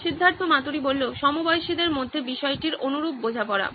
সিদ্ধার্থ মাতুরি সমবয়সীদের মধ্যে বিষয়টির অনুরূপ বোঝাপড়া